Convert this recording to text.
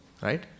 right